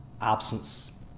absence